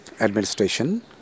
administration